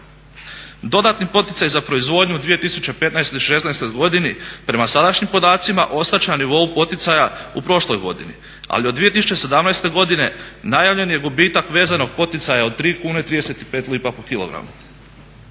Dodatni poticaj za proizvodnju u 2015., 2016. godini prema sadašnjim podacima ostat će na nivou poticaja u prošloj godini, ali od 2017. najavljen je gubitak vezanog poticaja od 3,35 kune po kg.